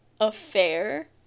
affair